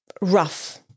rough